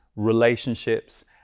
relationships